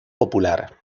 popular